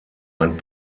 ein